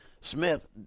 Smith